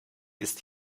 ist